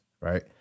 right